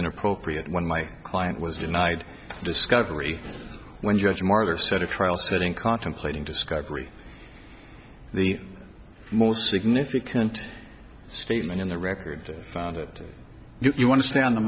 inappropriate when my client was denied discovery when judge moore other sort of trial set in contemplating discovery the most significant statement in the record found it you want to stay on the